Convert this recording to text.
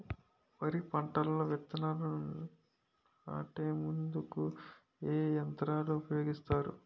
వరి పంటలో విత్తనాలు నాటేందుకు ఏ యంత్రాలు ఉపయోగిస్తారు?